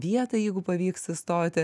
vietą jeigu pavyks įstoti